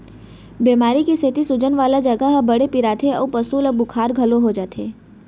बेमारी के सेती सूजन वाला जघा ह बड़ पिराथे अउ पसु ल बुखार घलौ हो जाथे